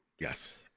yes